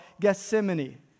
Gethsemane